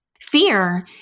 fear